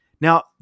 Now